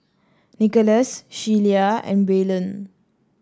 Nicholaus Shelia and Braylen